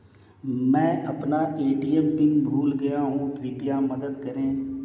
मैं अपना ATM PIN भूल गया हूँ कृपया मदद करें